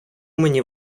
мені